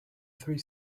three